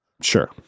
Sure